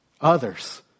others